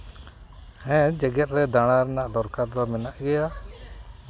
ᱦᱮᱸ ᱡᱮᱸᱜᱮᱫ ᱨᱮ ᱫᱟᱬᱟᱱ ᱨᱮᱱᱟᱜ ᱫᱚᱨᱠᱟᱨ ᱫᱚ ᱢᱮᱱᱟᱜ ᱜᱮᱭᱟ